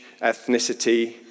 ethnicity